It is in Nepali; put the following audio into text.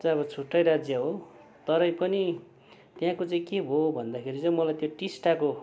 चाहिँ अब छुट्टै राज्य हो तरै पनि त्यहाँको चाहिँ के हो भन्दाखेरि चाहिँ मलाई त्यो टिस्टाको